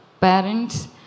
parents